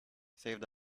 saved